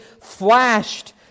flashed